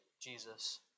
Jesus